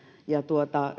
ja